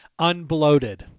unbloated